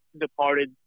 departed